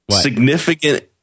significant